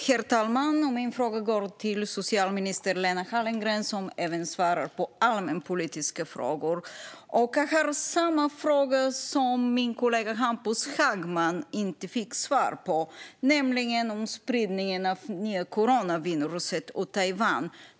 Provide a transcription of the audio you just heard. Herr talman! Min fråga går till socialminister Lena Hallengren, som även svarar på allmänpolitiska frågor. Jag har samma fråga som min kollega Hampus Hagman och som han inte fick svar på, nämligen om spridningen av det nya coronaviruset och Taiwan.